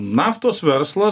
naftos verslas